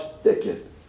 thicket